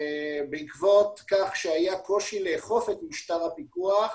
בעקבות כך שהיה קושי לאכוף את משטר הפיקוח,